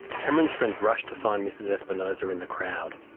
cameron's friend rushed to find mrs espinosa in the crowd.